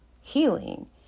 healing